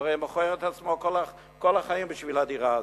הוא הרי מוכר את עצמו כל החיים בשביל הדירה הזאת.